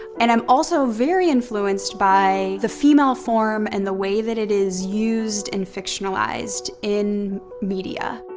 and i'm also very influenced by the female form and the way that it is used and fictionalized in media.